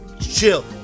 Chill